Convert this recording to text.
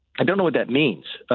i don't know what that means